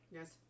Yes